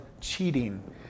cheating